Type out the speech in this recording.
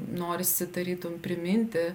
norisi tarytum priminti